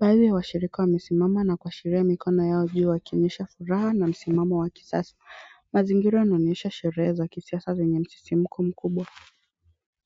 Baadhi ya washirika wamesimama na kuashiria mikono yao juu wakionyesha furaha na msimama wa kisasa. Mazingira yanaonyesha sherehe za kisiasa zenye msisimko mkubwa.